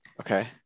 okay